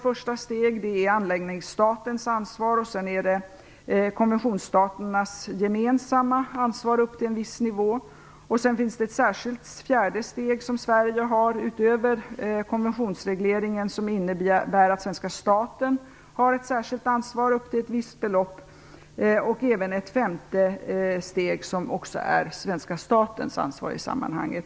Därefter är det anläggningsstatens ansvar och sedan konventionsstaternas gemensamma ansvar upp till en viss nivå. Sedan har Sverige ett särskilt fjärde steg utöver konventionsregleringen som innebär att svenska staten har ett särskilt ansvar upp till ett visst belopp. Ett femte steg är svenska statens ansvar i sammanhanget.